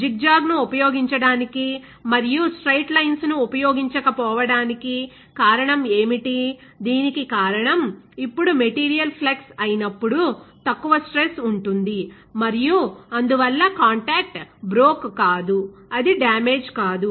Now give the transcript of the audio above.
జిగ్జాగ్ను ఉపయోగించటానికి మరియు straight lines ను ఉపయోగించక పోవటానికి కారణం ఏమిటి దీనికి కారణం ఇప్పుడు మెటీరియల్ ఫ్లెక్స్ అయినప్పుడు తక్కువ స్ట్రెస్ ఉంటుంది మరియు అందువల్ల కాంటాక్ట్ బ్రోక్ కాదు అది డామేజ్ కాదు